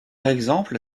exemple